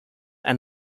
and